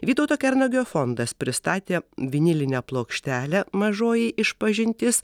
vytauto kernagio fondas pristatė vinilinę plokštelę mažoji išpažintis